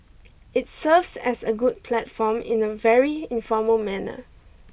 it serves as a good platform in a very informal manner